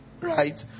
right